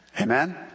Amen